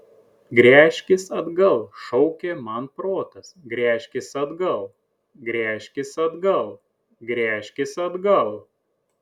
gręžkis atgal šaukė man protas gręžkis atgal gręžkis atgal gręžkis atgal